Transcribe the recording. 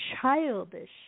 childish